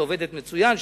ועובדת מצוין,